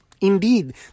Indeed